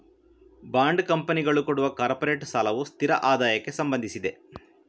bond ಕಂಪನಿಗಳು ಕೊಡುವ corporate ಸಾಲವು ಸ್ಥಿರ ಆದಾಯಕ್ಕೆ ಸಂಬಂಧಿಸಿದೆ